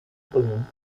bloom